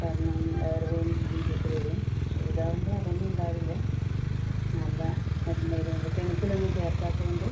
കാരണം വയറുവേദനയും നീര് ഒക്കെ വരും പക്ഷെ ഇത് ആവുമ്പോൾ അത് ഒന്നും ഉണ്ടാവില്ല നല്ല എണ്ണ ആയത് കൊണ്ട് കെമിക്കൽ ഒന്നും ചേർക്കാത്തതുകൊണ്ട്